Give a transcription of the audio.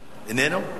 איננו?